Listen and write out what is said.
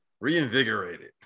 reinvigorated